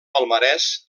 palmarès